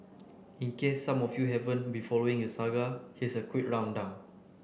in case some of you haven't been following the saga here's a quick rundown